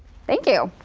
thank you.